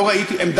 הם,